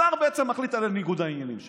השר בעצם מחליט על ניגוד העניינים שלו.